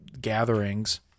gatherings